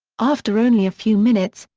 after only a few minutes,